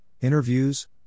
interviews